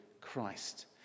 Christ